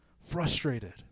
frustrated